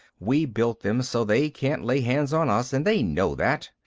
we built them so they can't lay hands on us, and they know that.